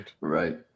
right